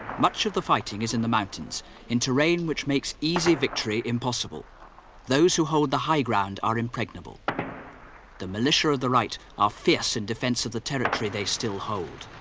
much of the fighting is in the mountains in terrain which makes easy victory impossible those who hold the high ground are impregnable the militia of the right are fierce in defense of the territory they still hold